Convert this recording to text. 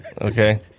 Okay